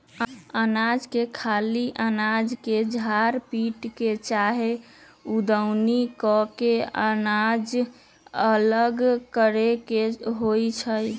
अनाज के खाली अनाज के झार पीट के चाहे दउनी क के अनाज अलग करे के होइ छइ